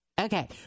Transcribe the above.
Okay